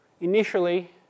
Initially